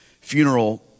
funeral